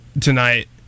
tonight